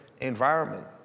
environment